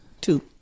Two